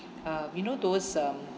uh you know those um